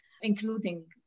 including